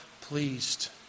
pleased